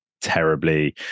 terribly